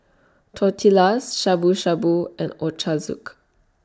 Tortillas Shabu Shabu and Ochazuke